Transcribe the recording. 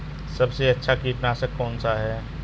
सबसे अच्छा कीटनाशक कौन सा है?